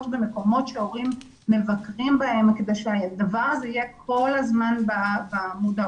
במקומות שהורים מבקרים בהם כדי שהדבר הזה יהיה כל הזמן במודעות